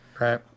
Right